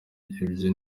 ibyo